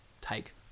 take